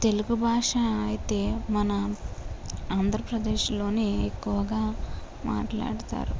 తెలుగు భాష అయితే మన ఆంధ్రప్రదేశ్లో ఎక్కువగా మాట్లాడుతారు